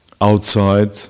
outside